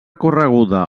correguda